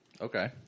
Okay